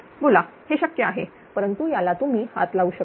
बोला हे शक्य आहे परंतु याला तुम्ही हात लावू शकत नाही